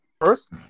first